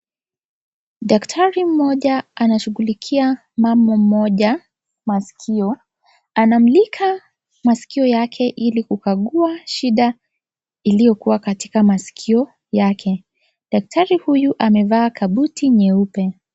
Daktari mmoja anashugulikia mama mmoja maskio, anamulika maskio yake ili kukagua shida iliyo kuwa katika maskio yake, daktari huyu amevaa kabuti jeupe.